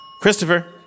Christopher